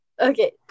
Okay